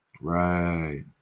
Right